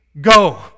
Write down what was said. Go